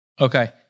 Okay